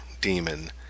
demon